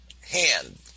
hand